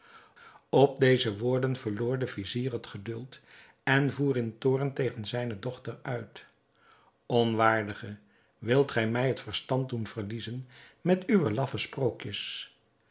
woorden verloor de vizier het geduld en voer in toorn tegen zijne dochter uit onwaardige wilt gij mij het verstand doen verliezen met uwe laffe sprookjes